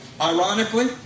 Ironically